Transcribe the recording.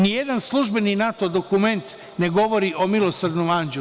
Ni jedan službeni NATO dokument ne govori o „milosrdnom anđelu“